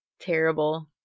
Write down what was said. terrible